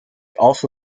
also